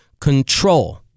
Control